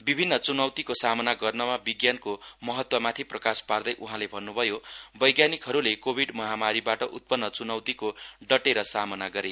विभिन्न च्नौतिको सामना गर्नमा विज्ञानको महत्वमाथि प्रकाश पार्दै उहाँले भन्न् भयो वैज्ञानिकहरूले कोविङ महामारीबाट उत्पन्न च्नौतिको डटेर सामना गरे